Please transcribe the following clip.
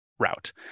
route